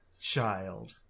child